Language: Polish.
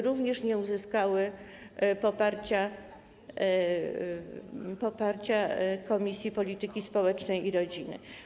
Również nie uzyskały one poparcia Komisji Polityki Społecznej i Rodziny.